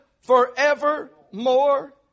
forevermore